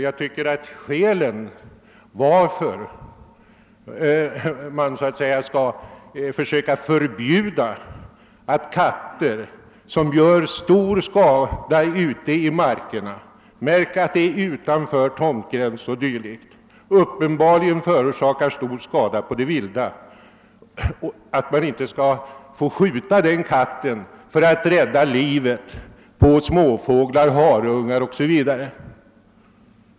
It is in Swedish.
Jag har svårt att förstå skälet till att man skulle förbjudas att skjuta en katt ute i markerna — märk att den rätten bara gäller utanför tomtgräns — där den kan göra stor skada på det vilda. Det är ju fråga om att rädda livet på småfåglar, harungar o.s.v.